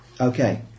Okay